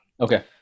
Okay